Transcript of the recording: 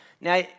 Now